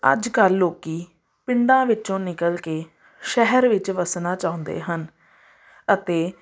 ਅੱਜ ਕੱਲ੍ਹ ਲੋਕ ਪਿੰਡਾਂ ਵਿੱਚੋਂ ਨਿਕਲ ਕੇ ਸ਼ਹਿਰ ਵਿੱਚ ਵਸਣਾ ਚਾਹੁੰਦੇ ਹਨ ਅਤੇ